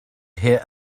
hear